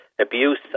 abuse